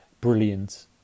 brilliant